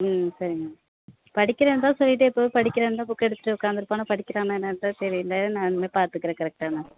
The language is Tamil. ம் சரி மேம் படிக்கிறேன்னு தான் சொல்லிவிட்டு எப்போவும் படிக்கிறேன்னு தான் புக்கை எடுத்துகிட்டு உக்காந்துருப்பான் ஆனால் படிக்கிறானா என்னான்றது தெரியல நான் இனிமே பார்த்துக்குறேன் கரெக்டாக நான்